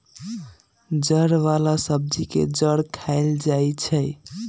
जड़ वाला सब्जी के जड़ खाएल जाई छई